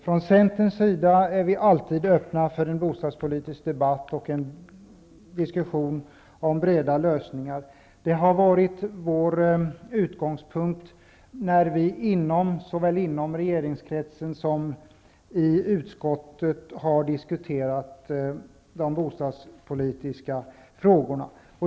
Från Centerns sida är vi alltid öppna för en bostadspolitisk debatt och en diskussion om breda lösningar. Det har varit vår utgångspunkt såväl inom regeringskretsen som i utskottet när vi har diskuterat de bostadspolitiska frågorna.